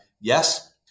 Yes